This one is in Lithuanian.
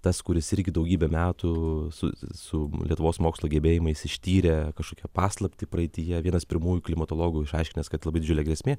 tas kuris irgi daugybę metų su su lietuvos mokslo gebėjimais ištyrė kažkokią paslaptį praeityje vienas pirmųjų klimatologų išaiškinęs kad labai didžiulė grėsmė